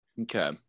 Okay